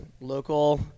Local